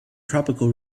tropical